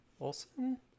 Olson